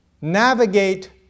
navigate